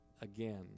Again